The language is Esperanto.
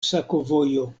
sakovojo